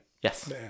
Yes